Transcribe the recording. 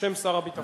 בשם שר הביטחון.